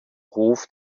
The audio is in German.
hof